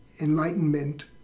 enlightenment